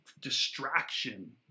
distraction